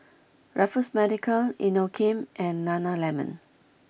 Raffles Medical Inokim and Nana Lemon